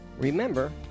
Remember